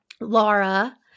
Laura